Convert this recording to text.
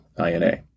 INA